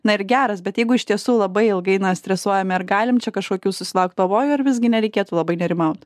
na ir geras bet jeigu iš tiesų labai ilgai na stresuojame ar galim čia kažkokių susilaukt pavojų ar visgi nereikėtų labai nerimaut